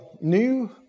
new